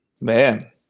man